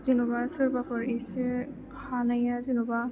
जेनेबा सोरबाफोर एसे हानाया जेनेबा